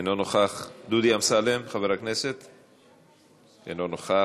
אינו נוכח, חבר הכנסת דודי אמסלם, אינו נוכח,